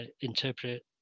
interpret